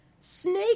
Snake